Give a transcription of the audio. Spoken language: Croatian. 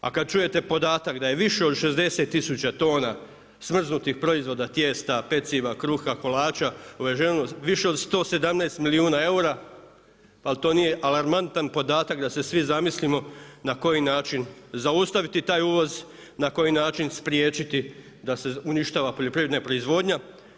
A kad čujete podatak da je više od 60000 tona smrznutih proizvoda, tijesta, peciva, kruha, kolača uveženo, više od 117 milijuna eura ali to nije alarmantan podatak da se svi zamislimo na koji način zaustaviti taj uvoz, na koji način spriječiti da se uništava poljoprivredna proizvodnja.